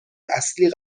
اصلی